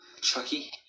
Chucky